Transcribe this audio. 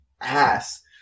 ass